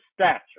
stature